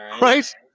Right